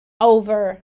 over